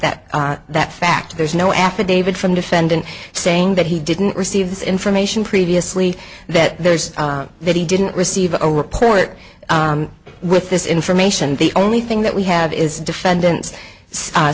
that that fact there's no affidavit from defendant saying that he didn't receive this information previously that there's that he didn't receive a report with this information the only thing that we have is the defendant's